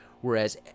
whereas